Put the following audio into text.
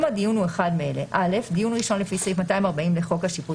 אם הדיון הוא אחד מאלה: (א) דיון ראשון לפי סעיף 240 לחוק השיפוט